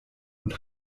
und